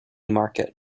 market